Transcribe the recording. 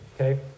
okay